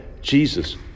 Jesus